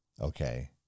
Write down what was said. Okay